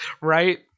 Right